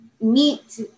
meet